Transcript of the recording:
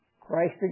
Christ